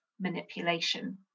manipulation